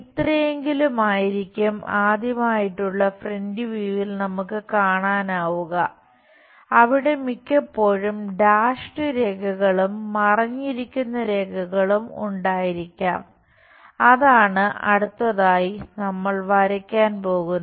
ഇത്രയെങ്കിലുമായിരിക്കും ആദ്യമായിട്ടുള്ള ഫ്രന്റ് വ്യൂവിൽ രേഖകളും മറഞ്ഞിരിക്കുന്ന രേഖകളും ഉണ്ടായിരിക്കാം അതാണ് അടുത്തതായി നമ്മൾ വരയ്ക്കാൻ പോകുന്നത്